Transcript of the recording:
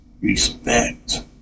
respect